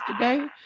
today